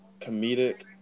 comedic